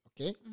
okay